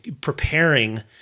preparing